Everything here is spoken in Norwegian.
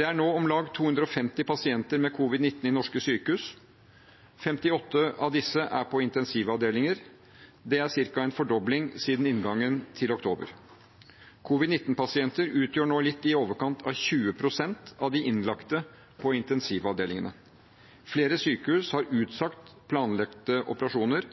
Det er nå om lag 250 pasienter med covid-19 i norske sykehus. 58 av disse er på intensivavdelinger. Det er ca. en fordobling siden inngangen til oktober. Covid-19-pasienter utgjør nå litt i overkant av 20 pst. av de innlagte på intensivavdelingene. Flere sykehus har utsatt planlagte operasjoner,